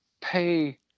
pay